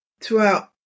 Throughout